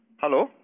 Hello